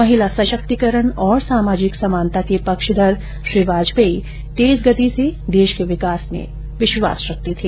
महिला सशक्तिरण और सामाजिक समानता के पक्षधर श्री वाजपेयी तेज गति से देश के विकास में विश्वास रखते थे